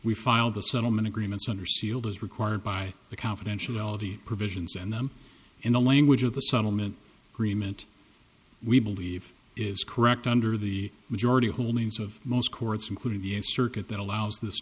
we filed the settlement agreements under sealed as required by the confidentiality provisions and them in the language of the settlement agreement we believe is correct under the majority holdings of most courts including the a circuit that allows this